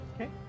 Okay